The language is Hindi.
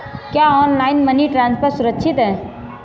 क्या ऑनलाइन मनी ट्रांसफर सुरक्षित है?